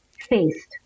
faced